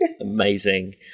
amazing